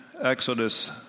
Exodus